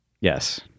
Yes